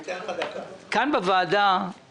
שקנאביס ניתן ברמה של תרופה בבתי מרקחת,